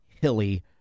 hilly